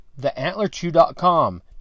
theantlerchew.com